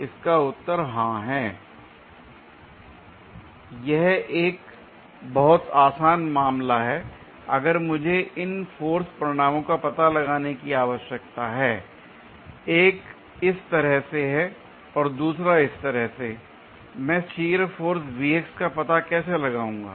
इसका उत्तर हां है l यह एक बहुत आसान मामला है अगर मुझे इन फोर्स परिणामों का पता लगाने की आवश्यकता है एक इस तरह से है और दूसरा इस तरह से l मैं शियर फोर्स का पता कैसे लगाऊंगा